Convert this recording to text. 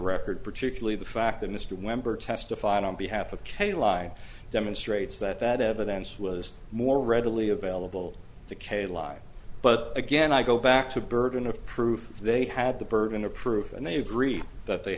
record particularly the fact that mr weber testified on behalf of kailai demonstrates that that evidence was more readily available to k lie but again i go back to burden of proof they had the burden of proof and they agreed that they